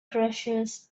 crashes